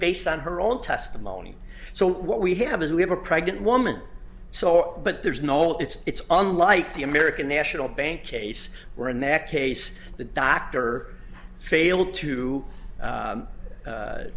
based on her own testimony so what we have is we have a pregnant woman so but there's no all it's unlike the american national bank case where in that case the doctor failed to